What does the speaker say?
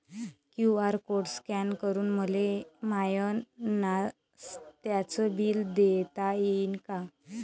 QR code scan करून मले माय नास्त्याच बिल देता येईन का?